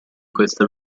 questa